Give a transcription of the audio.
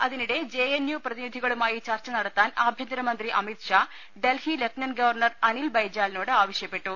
അതിനിടെ J N U പ്രതിനിധികളുമായി ചർച്ച നട ത്താൻ ആഭ്യന്തരമന്ത്രി അമിത് ഷാ ഡൽഹി ലഫ്റ്റനന്റ് ഗവർണർ അനിൽ ബൈജാലിനോട് ആവശ്യപ്പെട്ടു